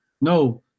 no